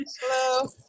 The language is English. Hello